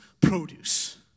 produce